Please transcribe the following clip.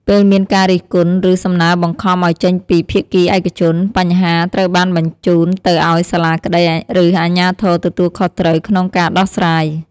ពេលមានការរិះគន់ ឬសំណើបង្ខំឲ្យចេញពីភាគីឯកជន បញ្ហាត្រូវបានបញ្ជូនទៅឲ្យសាលាក្តីឬអាជ្ញាធរទទួលខុសត្រូវក្នុងការដោះស្រាយ។